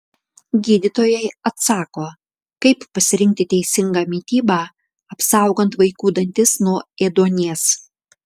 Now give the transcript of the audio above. gydytojai atsako kaip pasirinkti teisingą mitybą apsaugant vaikų dantis nuo ėduonies